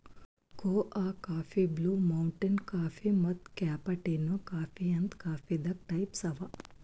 ಕೋಆ coffee, blue mountain coffee ಮತ್ತ್ cappuccino coffee ಅಂತ್ ಕಾಫೀದಾಗ್ ಟೈಪ್ಸ್ ಅವಾ